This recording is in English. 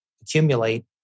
accumulate